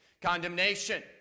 Condemnation